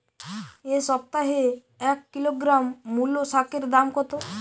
এ সপ্তাহে এক কিলোগ্রাম মুলো শাকের দাম কত?